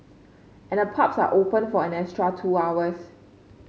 and the pubs are open for an extra two hours